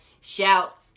shout